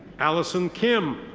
alison kim.